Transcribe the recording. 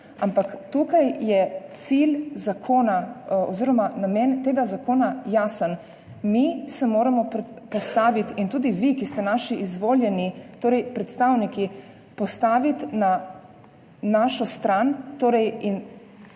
Ampak tukaj je cilj zakona oziroma namen tega zakona jasen. Mi se moramo postaviti, in tudi vi, ki ste naši izvoljeni, torej predstavniki, postaviti na našo stran